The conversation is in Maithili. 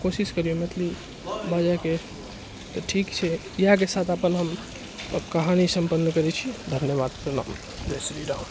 कोशिश करियौ मैथिली बाजैके तऽ ठीक छै इएहके साथ अपन हम कहानी सम्पन्न करै छी धन्यवाद प्रणाम जय श्री राम